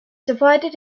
divided